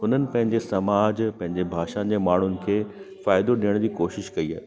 उन्हनि पंहिंजे समाज पंहिंजे भाषा जे माण्हुनि खे फ़ाइदो ॾेअण जी कोशिशि कई आहे